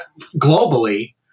globally –